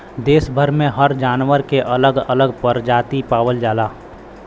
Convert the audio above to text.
देस भर में हर जानवर के अलग अलग परजाती पावल जाला